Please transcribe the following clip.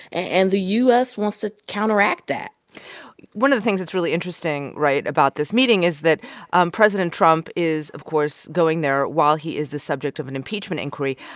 and the u s. wants to counteract that one of the things that's really interesting right? about this meeting is that um president trump is, of course, going there while he is the subject of an impeachment inquiry.